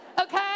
okay